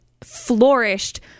flourished